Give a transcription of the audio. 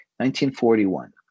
1941